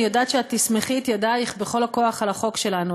אני יודעת שאת תסמכי את ידייך בכל הכוח על החוק שלנו.